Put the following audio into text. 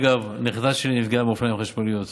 אגב, הנכדה שלי נפגעה מהאופניים החשמליים,